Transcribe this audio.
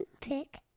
pick